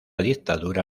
dictadura